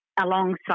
alongside